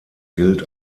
gilt